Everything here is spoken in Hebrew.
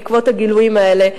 בעקבות הגילויים האלה,